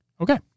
Okay